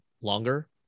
longer